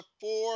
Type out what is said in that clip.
four